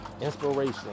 inspiration